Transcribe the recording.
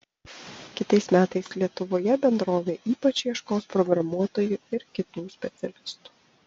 kitais metais lietuvoje bendrovė ypač ieškos programuotojų ir kitų specialistų